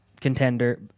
contender